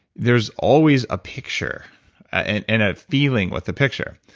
there's always a picture and and a feeling with the picture.